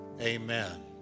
amen